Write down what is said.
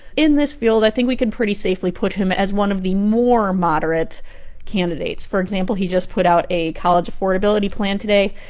in this field, i think we can pretty safely put him as one of the more moderate candidates. for example, he just put out a college affordability plan today.